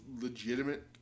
legitimate